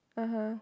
(uh huh)